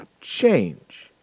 change